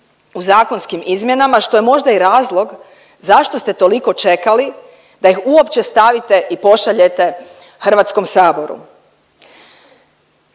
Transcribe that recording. u zakonskim izmjenama što je možda i razlog zašto ste toliko čekali da ih uopće stavite i pošaljete Hrvatskom saboru.